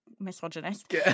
misogynist